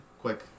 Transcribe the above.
quick